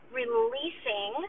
releasing